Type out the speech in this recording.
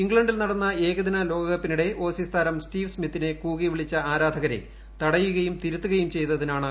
ഇംഗ്ലണ്ടിൽ നടന്ന ഏകദിന ലോക കപ്പിനിടെ ഓസീസ് താരം സ്റ്റീവ് സ്മിത്തിനെ കൂകി വിളിച്ച ആരാധകരെ തടയുകയും ്് തിരുത്തുകയും ചെയ്തതിനാണ് പുരസ്ക്കാരം